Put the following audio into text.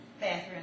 bathroom